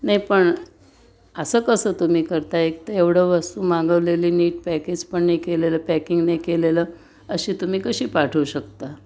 नाही पण असं कसं तुम्ही करता एक तं एवढं वस्तू मागवलेली नीट पॅकेज पण नाही केलेलं पॅकिंग नाही केलेलं अशी तुम्ही कशी पाठवू शकता